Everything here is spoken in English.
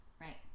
Right